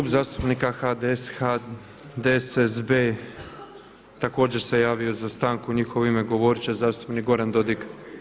Klub zastupnika HDS, HDSSB, također se javio za stanku, u njihovo ime govoriti će zastupnik Goran Dodig.